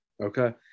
Okay